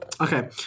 Okay